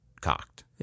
cocked